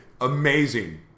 Amazing